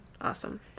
Awesome